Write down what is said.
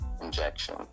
injection